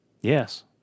Yes